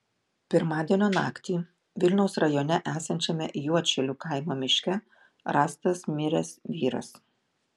pirmadienio naktį vilniaus rajone esančiame juodšilių kaimo miške rastas miręs vyras